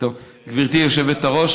גברתי היושבת-ראש,